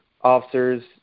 officers